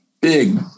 big